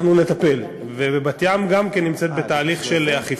אנחנו נטפל, גם בת-ים נמצאת בתהליך של אכיפה.